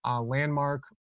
landmark